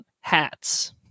hats